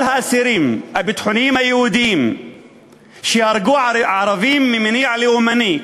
כל האסירים הביטחוניים היהודים שהרגו ערבים ממניע לאומי,